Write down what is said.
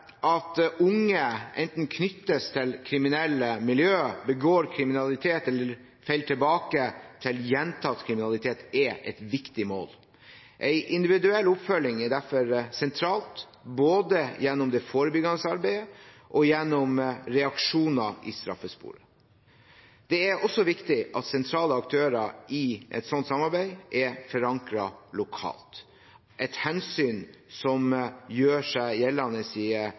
at unge enten knyttes til kriminelle miljøer, begår kriminalitet eller faller tilbake til gjentatt kriminalitet, er et viktig mål. En individuell oppfølging er derfor sentralt, både gjennom det forebyggende arbeidet og gjennom reaksjoner i straffesporet. Det er også viktig at sentrale aktører i et sånt samarbeid er forankret lokalt, et hensyn som gjør seg gjeldende i